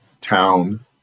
town